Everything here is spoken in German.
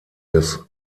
des